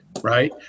right